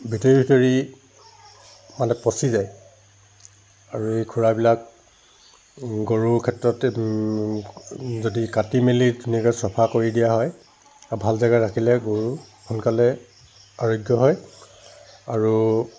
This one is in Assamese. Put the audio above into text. ভিতৰি ভিতৰি মানে পচি যায় আৰু এই খোৰাবিলাক গৰুৰ ক্ষেত্ৰত যদি কাটি মেলি ধুনীয়াকৈ চফা কৰি দিয়া হয় আৰু ভাল জেগাত ৰাখিলে গৰু সোনকালে আৰোগ্য হয় আৰু